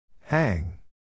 Hang